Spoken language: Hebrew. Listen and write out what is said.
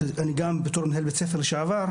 אני גם בתור מנהל בית ספר לשעבר,